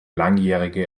langjährige